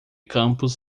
campos